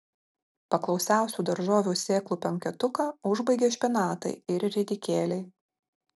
paklausiausių daržovių sėklų penketuką užbaigia špinatai ir ridikėliai